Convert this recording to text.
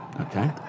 okay